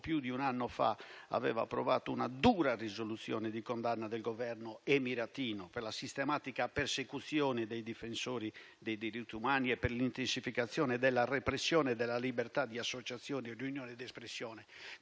più di un anno fa, aveva approvato una dura risoluzione di condanna del Governo emiratino per la sistematica persecuzione dei difensori dei diritti umani e per l'intensificazione della repressione della libertà di associazione, riunione ed espressione.